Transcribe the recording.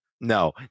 no